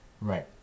Right